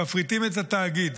מפריטים את התאגיד.